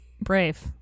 brave